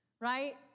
right